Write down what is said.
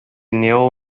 niwl